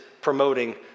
promoting